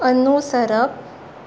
अनुसरप